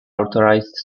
authorized